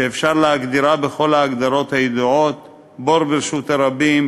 שאפשר להגדירו בכל ההגדרות הידועות: בור ברשות הרבים,